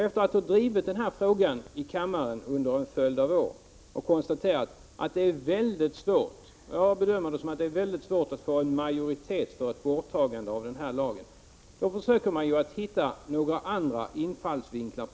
Efter att ha drivit denna fråga i kammaren under en följd av år och konstaterat att det är mycket svårt — och även jag bedömer att det är mycket svårt — att få en majoritet för ett avskaffande av den aktuella lagen försöker man att finna några andra infallsvinklar.